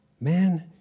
Man